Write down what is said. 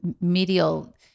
medial